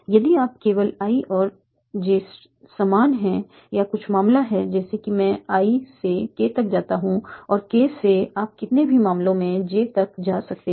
यदि और केवल यदि i और j समान हैं या कुछ मामला है जैसे कि मैं i से k तक जाता हूं और k से आप कितने भी मामलों में j तक जा सकते हैं